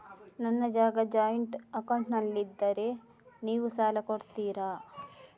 ನನ್ನ ಜಾಗ ಜಾಯಿಂಟ್ ಅಕೌಂಟ್ನಲ್ಲಿದ್ದರೆ ನೀವು ಸಾಲ ಕೊಡ್ತೀರಾ?